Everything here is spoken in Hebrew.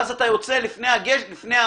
ואז אתה יוצא לפני המנהרה,